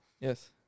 Yes